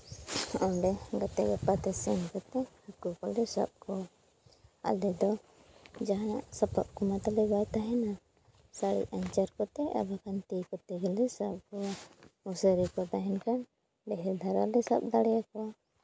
ᱚᱸᱰᱮ ᱜᱟᱛᱮᱼᱜᱟᱯᱟᱛᱮ ᱥᱮᱱ ᱠᱟᱛᱮᱫ ᱦᱟᱹᱠᱩ ᱠᱚᱞᱮ ᱥᱟᱵ ᱠᱚᱣᱟ ᱟᱞᱮ ᱫᱚ ᱡᱟᱦᱟᱸᱱᱟᱜ ᱥᱟᱯᱟᱵ ᱠᱚᱢᱟ ᱛᱟᱞᱮ ᱵᱟᱭ ᱛᱟᱦᱮᱱᱟ ᱥᱟᱹᱲᱤ ᱟᱧᱪᱟᱨ ᱠᱚᱛᱮ ᱟᱨ ᱵᱟᱠᱷᱟᱱ ᱛᱤ ᱠᱚᱛᱮ ᱜᱮᱞᱮ ᱥᱟᱵ ᱠᱚᱣᱟ ᱢᱚᱥᱟᱨᱤ ᱠᱚ ᱛᱟᱦᱮᱱ ᱠᱷᱟᱱ ᱰᱷᱮᱨ ᱫᱷᱟᱨᱟ ᱞᱮ ᱥᱟᱵ ᱫᱟᱲᱭᱟᱠᱚᱣᱟ